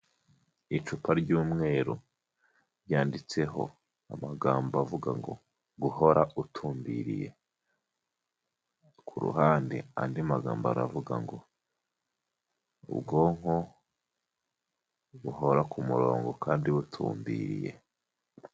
Icupa ry'umweru ryanditseho amagambo avuga ngo: "Guhora utumbiriye", ku ruhande andi magambo aravuga ngo: "Ubwonko buhora ku murongo kandi butumbiriye."